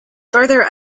further